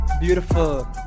Beautiful